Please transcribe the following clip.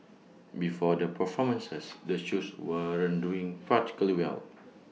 before the performances the shoes weren't doing particularly well